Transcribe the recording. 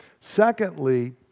Secondly